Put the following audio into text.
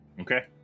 Okay